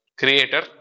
creator